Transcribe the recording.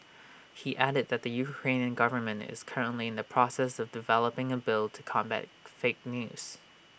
he added that the Ukrainian government is currently in the process of developing A bill to combat fake news